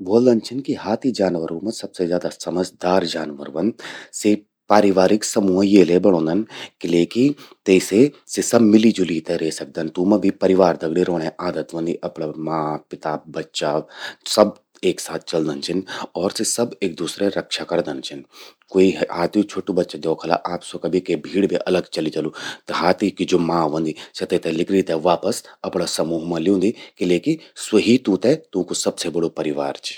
दरअसल, ब्वोल्दन छिन कि हाथी जानवरूं मां सबसे समझदार जानवर ह्वोंद। सि पारिवारिक समूह ये ले बणौंदन किले कि तेसे सि सब मिली जुली ते रे सकदन, तूं मां भी परिवार दगड़ि रौंणे आदत व्हंदि। अपणा मां, पिता, बच्चा सब एक साथ चलदन छिन और सि सब एक दूसरे रक्षा करदन छिन। क्वे हाथ्यू छ्वोटू बच्चा द्योखला आप, स्वो कभि के भीड़ बे अलग चलि जलु त हाथि कि ज्वो मां ह्वंदि, स्या तेते लिकरी ते वापस अपणा समूह मां ल्यूंदि। किले कि स्वो ही तूं ते तूंकू सबसे बड़ु परिवार चि।